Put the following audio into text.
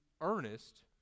earnest